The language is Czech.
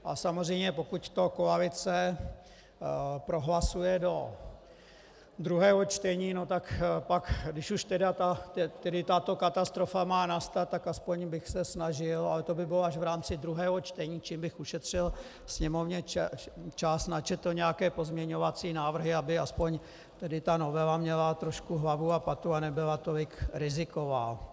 A samozřejmě pokud to koalice prohlasuje do druhého čtení, tak pak když už tedy tato katastrofa má nastat, tak aspoň bych se snažil, ale to by bylo až v rámci druhého čtení, čím bych ušetřil sněmovně čas, načetl nějaké pozměňovací návrhy, aby aspoň ta novela měla trošku hlavu a patu a nebyla tolik riziková.